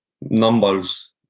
numbers